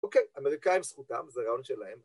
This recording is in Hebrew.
אוקיי, אמריקאים זכותם, זה רעיון שלהם.